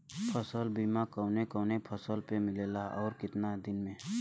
फ़सल बीमा कवने कवने फसल में मिलेला अउर कितना दिन में?